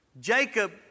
Jacob